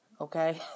okay